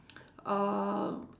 uhh